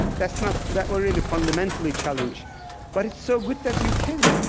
that's not that will really fundamentally challenge but it's so good that you can.